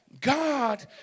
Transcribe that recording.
God